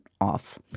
off